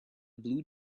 blue